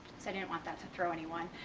so i didn't want that to throw anyone.